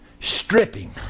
stripping